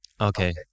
Okay